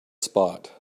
spot